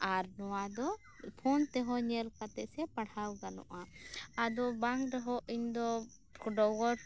ᱟᱨ ᱱᱚᱣᱟ ᱫᱚ ᱯᱷᱳᱱ ᱛᱮᱦᱚᱸ ᱧᱮᱞ ᱠᱟᱛᱮ ᱥᱮ ᱯᱟᱲᱦᱟᱣ ᱜᱟᱱᱚᱜᱼᱟ ᱟᱫᱚ ᱵᱟᱝ ᱨᱮᱦᱚᱸ ᱤᱧ ᱫᱚ ᱰᱚᱜᱚᱨ